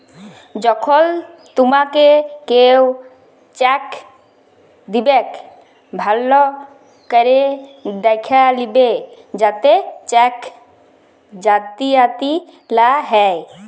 যখল তুমাকে কেও চ্যাক দিবেক ভাল্য ক্যরে দ্যাখে লিবে যাতে চ্যাক জালিয়াতি লা হ্যয়